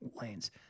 lanes